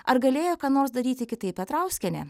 ar galėjo ką nors daryti kitaip petrauskienė